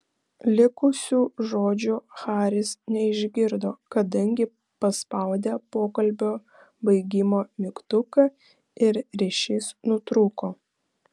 likusių žodžių haris neišgirdo kadangi paspaudė pokalbio baigimo mygtuką ir ryšys nutrūko